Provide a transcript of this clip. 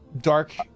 dark